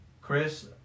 Chris